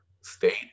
state